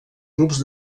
clubs